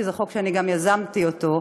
כי זה חוק שגם אני יזמתי אותו: